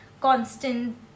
constant